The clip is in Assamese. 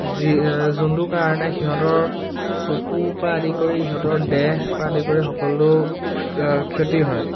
যি যোনটো কাৰণে সিহঁতৰ চকু পৰা আদি কৰি সিহঁতৰ দেহ পৰা আদি কৰি সকলো ক্ষতি হয়